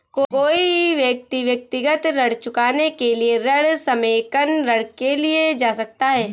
कोई व्यक्ति व्यक्तिगत ऋण चुकाने के लिए ऋण समेकन ऋण के लिए जा सकता है